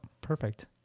Perfect